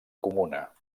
comuna